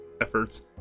efforts